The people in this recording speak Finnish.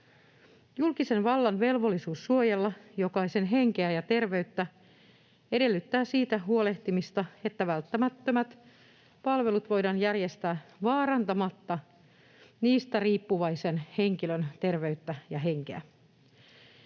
Julkisen vallan velvollisuus suojella jokaisen henkeä ja terveyttä edellyttää siitä huolehtimista, että välttämättömät palvelut voidaan järjestää vaarantamatta niistä riippuvaisen henkilön terveyttä ja henkeä.